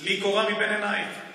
טלי קורה מבין עינייך.